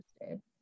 interested